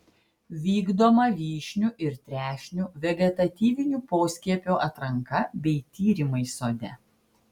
vykdoma vyšnių ir trešnių vegetatyvinių poskiepių atranka bei tyrimai sode